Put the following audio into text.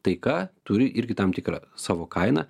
taika turi irgi tam tikrą savo kainą